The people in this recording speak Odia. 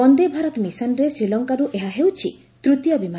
ବନ୍ଦେ ଭାରତ ମିଶନରେ ଶ୍ରୀଲଙ୍କାରୁ ଏହା ହେଉଛି ତୂତୀୟ ବିମାନ